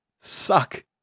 suck